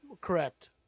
Correct